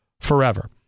forever